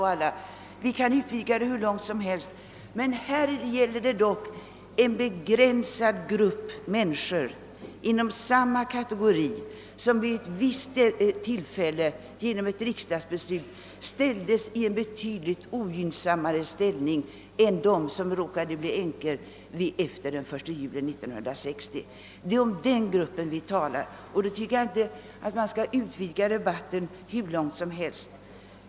Vi kan utvidga den här debatten hur långt som helst, men här gäller det dock en begränsad grupp människor som vid ett visst tillfälle genom ett riksdagsbeslut försattes i en betydligt ogynnsammare ställning än de som råkade bli änkor efter den 1 juli 1960. Det är om den gruppen vi talar, och då tycker jag inte vi skall utvidga debatten hur långt som helst.